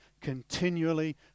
continually